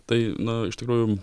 tai na iš tikrųjų